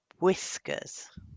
Whiskers